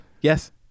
yes